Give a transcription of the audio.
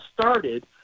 started